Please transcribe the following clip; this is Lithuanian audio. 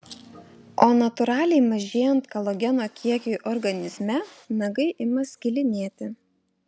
o natūraliai mažėjant kolageno kiekiui organizme nagai ima skilinėti